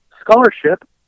scholarship